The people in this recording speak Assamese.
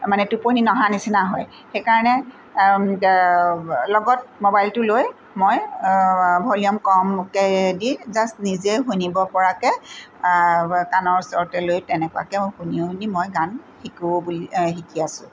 মানে টোপনি নহা নিচিনা হয় সেইকাৰণে লগত ম'বাইলটো লৈ মই ভলিউম কমকৈ দি জাষ্ট নিজে শুনিব পৰাকৈ কাণৰ ওচৰতে লৈ তেনেকুৱাকৈ মই শুনি শুনি মই গান শিকো বুলি শিকি আছোঁ